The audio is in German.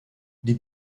die